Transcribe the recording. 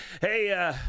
Hey